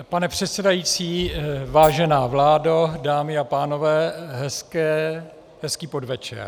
Pane předsedající, vážená vládo, dámy a pánové, hezký podvečer.